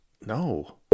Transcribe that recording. No